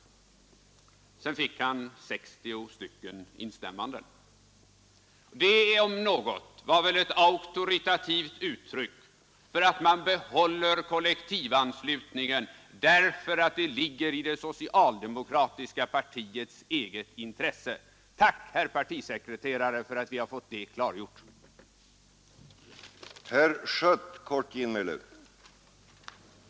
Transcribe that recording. Sedan fick han 60 stycken instämmanden. Det om något var väl ett auktoritativt uttryck för att man behåller kollektivanslutningen därför att det ligger i det socialdemokratiska partiets eget intresse. Tack, herr partisekreterare, för att vi har fått detta klargjort. Herr SCHÖ” Herr talman! Onekligen var det ett skickligt anförande vi fick lyssna